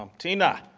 um tina.